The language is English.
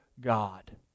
God